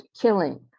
killing